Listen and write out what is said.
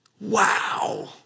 Wow